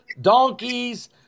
Donkeys